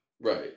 Right